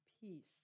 peace